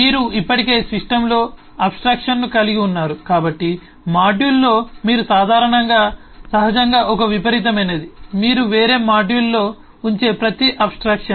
మీరు ఇప్పటికే సిస్టమ్లో అబ్ స్ట్రాక్షన్ను కలిగి ఉన్నారు కాబట్టి మాడ్యూల్లో మీరు సాధారణంగా సహజంగా ఒక విపరీతమైనది మీరు వేరే మాడ్యూల్లో ఉంచే ప్రతి అబ్ స్ట్రాక్షన్